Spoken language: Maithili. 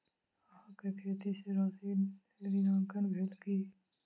अहाँ के खाता सॅ राशि ऋणांकन भेल की?